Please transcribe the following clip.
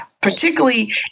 particularly